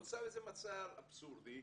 נוצר איזה מצב אבסורדי,